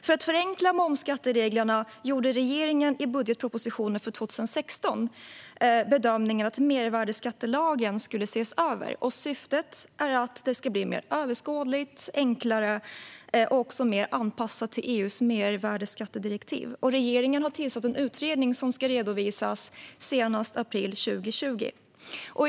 För att förenkla momsskattereglerna gjorde regeringen i budgetpropositionen för 2016 bedömningen att mervärdesskattelagen skulle ses över. Syftet är att den ska bli mer överskådlig, enklare och bättre anpassad till EU:s mervärdesskattedirektiv. Regeringen har tillsatt en utredning som ska redovisas senast i april 2020.